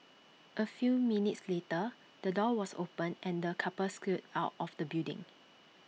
A few minutes later the door was opened and the couple scurried out of the building